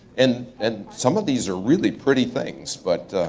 and and some of these are really pretty things but